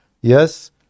Yes